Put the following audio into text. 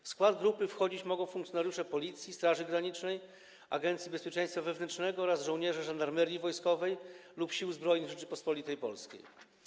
W skład grupy mogą wchodzić funkcjonariusze Policji, Straży Granicznej, Agencji Bezpieczeństwa Wewnętrznego oraz żołnierze Żandarmerii Wojskowej lub Sił Zbrojnych Rzeczypospolitej Polskiej.